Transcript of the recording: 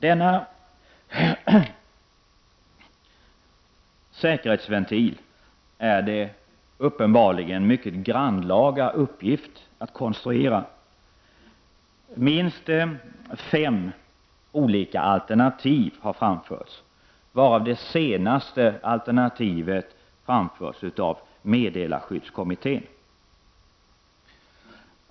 Det är uppenbarligen en mycket grannlaga uppgift att konstruera denna säkerhetsventil. Minst fem olika alternativ har framförts, varav det senaste alternativet framförts av meddelarskyddskommittén.